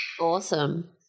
awesome